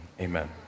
amen